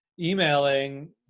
emailing